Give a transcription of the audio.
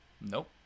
Nope